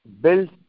built